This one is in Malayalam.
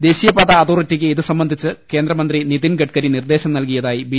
ദേശീയപാതാ അതോറിറ്റിക്ക് ഇതുസംബ ന്ധിച്ച് കേന്ദ്രമന്ത്രി നിതിൻ ഗഡ്കരി നിർദ്ദേശം നൽകിയതായി ബി